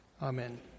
Amen